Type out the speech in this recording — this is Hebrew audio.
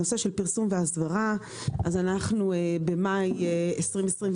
בנושא פרסום והסברה, במאי 2021,